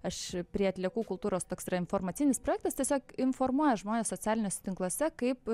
aš prie atliekų kultūros toks yra informacinis projektas tiesiog informuoja žmones socialiniuose tinkluose kaip